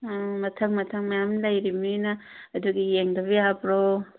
ꯑꯥ ꯃꯊꯪ ꯃꯊꯪ ꯃꯌꯥꯝ ꯂꯩꯔꯤꯕꯅꯤꯅ ꯑꯗꯨꯒꯤ ꯌꯦꯡꯗꯕ ꯌꯥꯕ꯭ꯔꯣ